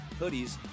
hoodies